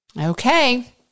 Okay